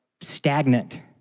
stagnant